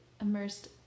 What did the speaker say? immersed